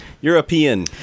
European